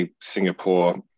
Singapore